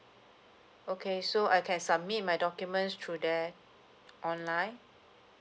okay so I can submit my documents through there online